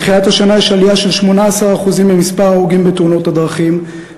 מתחילת השנה יש עלייה של 18% במספר ההרוגים בתאונות הדרכים,